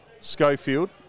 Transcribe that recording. Schofield